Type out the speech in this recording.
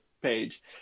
page